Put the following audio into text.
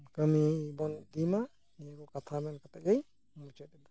ᱠᱟᱹᱢᱤ ᱵᱚᱱ ᱤᱫᱤ ᱢᱟ ᱱᱤᱭᱟᱹ ᱠᱚ ᱠᱟᱛᱷᱟ ᱢᱮᱱ ᱠᱟᱛᱮᱫ ᱜᱤᱧ ᱢᱩᱪᱟᱹᱫ ᱮᱫᱟ